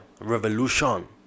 Revolution